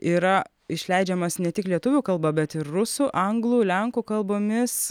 yra išleidžiamas ne tik lietuvių kalba bet ir rusų anglų lenkų kalbomis